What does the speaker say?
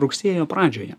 rugsėjo pradžioje